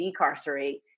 decarcerate